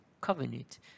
covenant